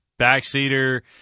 backseater